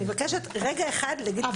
אני מבקשת רגע אחד, להגיד את שתי השאלות.